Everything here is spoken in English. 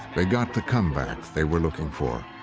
they got the comeback they were looking for.